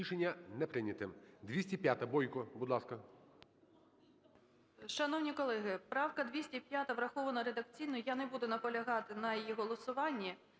Рішення не прийняте.